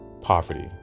poverty